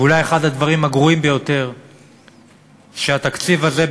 ואולי אחד הדברים הגרועים ביותר בתקציב הזה,